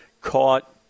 caught